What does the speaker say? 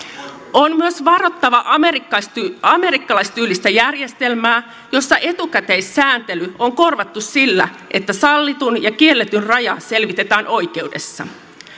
on myös varottava amerikkalaistyylistä amerikkalaistyylistä järjestelmää jossa etukäteissääntely on korvattu sillä että sallitun ja kielletyn raja selvitetään oikeudessa